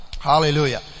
Hallelujah